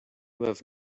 have